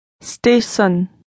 Station